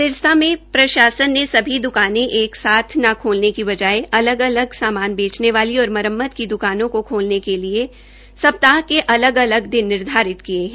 सिरसा में प्रशासन ने सभी द्वकानें एक साथ न खोलने के बजाय अलग अलग सामान बेचने वाली और मरम्मत की ुद्दकानों को खोलने के लिए सप्ताह के अलग अलग दिन निर्धारित किये है